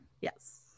Yes